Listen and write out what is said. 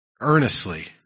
earnestly